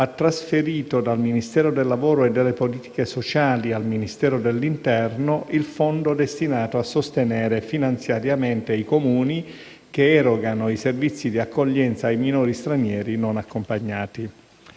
ha trasferito dal Ministero del lavoro e delle politiche sociali al Ministero dell'interno il fondo destinato a sostenere finanziariamente i Comuni che erogano i servizi di accoglienza ai minori stranieri non accompagnati.